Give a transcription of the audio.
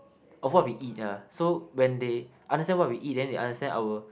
of what we uh so when they understand what we eat then they understand our